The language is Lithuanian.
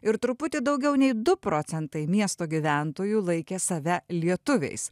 ir truputį daugiau nei du procentai miesto gyventojų laikė save lietuviais